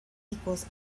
equals